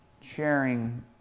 sharing